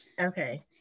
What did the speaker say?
okay